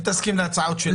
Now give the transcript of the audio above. אם תסכים להצעות שלנו.